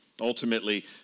Ultimately